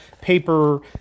paper